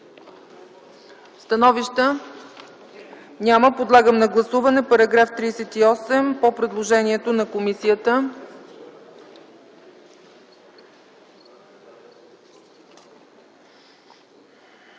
Становища? Няма. Подлагам на гласуване § 38 по предложение на комисията.